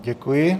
Děkuji.